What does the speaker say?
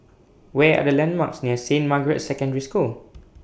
Where Are The landmarks near Saint Margaret's Secondary School